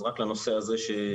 אז רק לנושא הזה שנאמר,